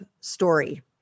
story